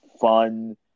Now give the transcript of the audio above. fun